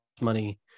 money